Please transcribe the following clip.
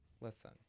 Listen